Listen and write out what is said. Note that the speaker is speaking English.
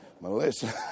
Melissa